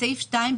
בסעיף 2,